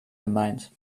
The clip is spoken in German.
gemeint